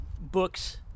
books